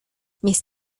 mis